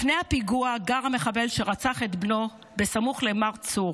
לפני הפיגוע גר המחבל שרצח את בנו סמוך למר צור.